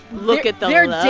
look at the love